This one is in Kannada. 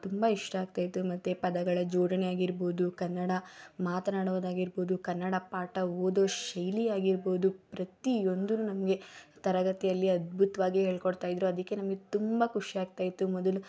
ತುಂಬ ಇಷ್ಟ ಆಗ್ತಾಯಿತ್ತು ಮತ್ತು ಪದಗಳ ಜೋಡಣೆ ಆಗಿರ್ಬೋದು ಕನ್ನಡ ಮಾತನಾಡೋದಾಗಿರ್ಬೋದು ಕನ್ನಡ ಪಾಠ ಓದೋ ಶೈಲಿ ಆಗಿರ್ಬೋದು ಪ್ರತಿಯೊಂದುನೂ ನಮಗೆ ತರಗತಿಯಲ್ಲಿ ಅದ್ಭುತವಾಗಿಯೇ ಹೇಳಿಕೊಡ್ತಾ ಇದ್ದರು ಅದಕ್ಕೆ ನಮಗೆ ತುಂಬ ಖುಷಿ ಆಗ್ತಾಯಿತ್ತು ಮೊದಲು